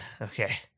Okay